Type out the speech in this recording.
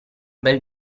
bel